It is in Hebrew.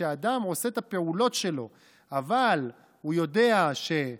כשאדם עושה את הפעולות שלו אבל הוא יודע שהוא